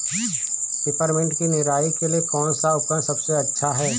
Peppermint की निराई के लिए कौन सा उपकरण सबसे अच्छा है?